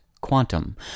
quantum